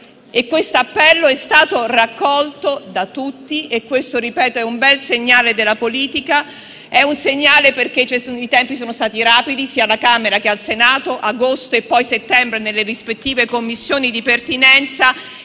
accorato, che è stato raccolto da tutti e questo - ripeto - è un bel segnale dato dalla politica. È un segnale perché i tempi sono stati rapidi, sia alla Camera che al Senato - agosto e poi settembre nelle Commissioni competenti